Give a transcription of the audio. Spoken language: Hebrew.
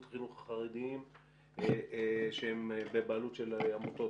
החינוך החרדיים שהם בבעלות עמותות".